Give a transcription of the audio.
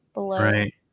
Right